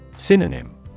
Synonym